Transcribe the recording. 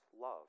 love